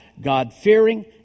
God-fearing